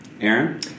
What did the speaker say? Aaron